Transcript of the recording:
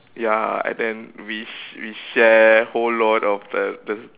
ya and then we sh~ we share whole lot of the the